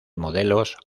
modelos